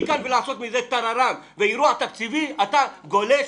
מכאן ולעשות טררם ואירוע תקציבי, אתה גולש.